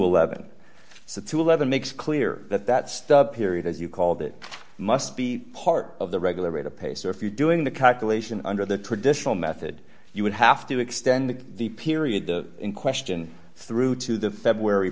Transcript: to eleven makes clear that that's the period as you called it must be part of the regular rate of pay so if you doing the calculation under the traditional method you would have to extend the period the in question through to the february